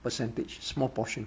percentage small portion